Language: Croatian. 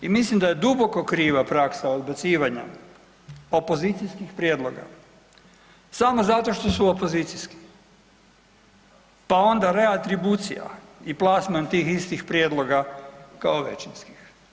I mislim da je duboko kriva praksa odbacivanja opozicijskih prijedloga samo zato što su opozicijski pa onda reatribucija i plasman tih istih prijedloga kao većinskih.